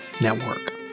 Network